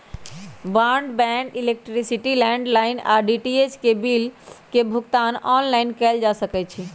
broadband, electricity, landline आऽ DTH bill के भुगतान ऑनलाइन कएल जा सकइ छै